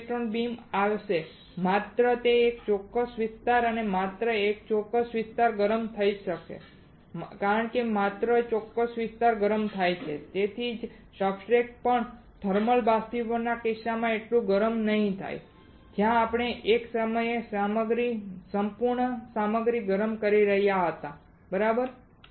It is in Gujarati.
હવે ઇલેક્ટ્રોન બીમ આવશે અને માત્ર એક ચોક્કસ વિસ્તાર માત્ર એક ચોક્કસ વિસ્તાર ગરમ થઈ જશે કારણ કે માત્ર ચોક્કસ વિસ્તાર ગરમ થાય છે તેથી જ સબસ્ટ્રેટ પણ થર્મલ બાષ્પીભવનના કિસ્સામાં એટલું ગરમ નહીં થાય જ્યાં આપણે એક સમયે સમગ્ર સામગ્રીને સંપૂર્ણ સામગ્રી ગરમ કરી રહ્યા હતા બરાબર